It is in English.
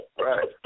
Right